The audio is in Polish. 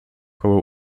koło